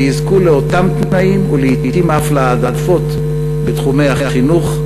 ויזכו לאותם תנאים ולעתים אף להעדפות בתחומי החינוך,